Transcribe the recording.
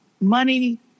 money